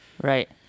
Right